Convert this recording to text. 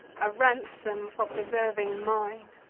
a ransom for preserving mine!